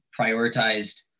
prioritized